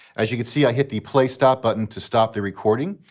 as you can see, i hit the play stop button to stop the recording.